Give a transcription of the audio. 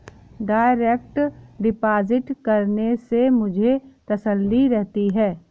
direct deposit करने से मुझे तसल्ली रहती है